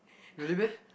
really meh